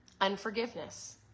unforgiveness